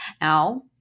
Now